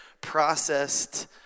processed